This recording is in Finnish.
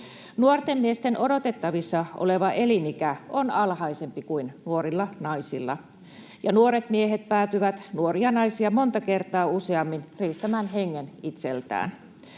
Nuorten miesten odotettavissa oleva elinikä on alhaisempi kuin nuorilla naisilla, ja nuoret miehet päätyvät nuoria naisia monta kertaa useammin riistämään hengen itseltään.